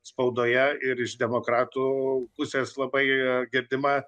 spaudoje ir iš demokratų pusės labai girdima